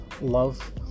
love